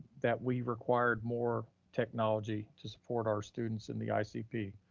that we'd require more technology to support our students in the icp,